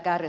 dem